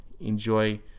enjoy